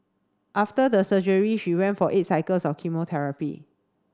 after the surgery she went for eight cycles of chemotherapy